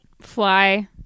fly